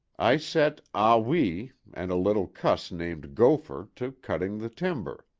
i set ah wee and a little cuss named gopher to cutting the timber.